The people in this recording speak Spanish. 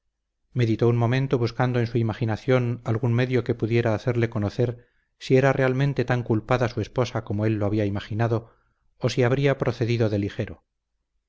meditó un momento buscando en su imaginación algún medio que pudiera hacerle conocer si era realmente tan culpada su esposa como él lo había imaginado o si habría procedido de ligero